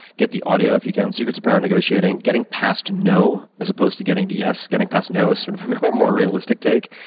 get the audio, if you can, secrets of power negotiating, getting past no as opposed to getting to yes. getting past no is sort of um a more realistic take.